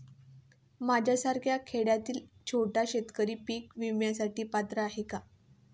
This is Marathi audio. माझ्यासारखा खेड्यातील छोटा शेतकरी पीक विम्यासाठी पात्र आहे का?